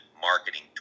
marketing